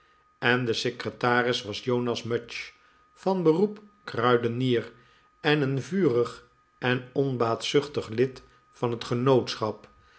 en de secretaris was jonas mudge van beroep kruidenier en een vurig en onbaatzuchtig lid van het genootsehap